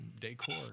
decor